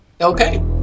Okay